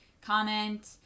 comment